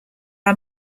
are